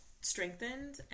strengthened